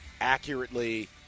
accurately